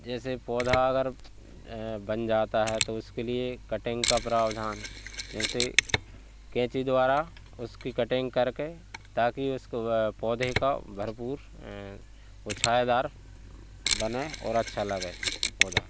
जैसे पौधा अगर बन जाता है तो उसके लिए कटिंग का प्रावधान जैसे क़ैची द्वारा उसकी कटिंग करके ताकि उसको पौधे का भरपूर वह छायादार बने और अच्छा लगे पौधा